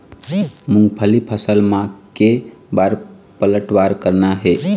मूंगफली फसल म के बार पलटवार करना हे?